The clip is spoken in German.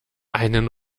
einem